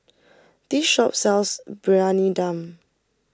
this shop sells Briyani Dum